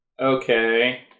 Okay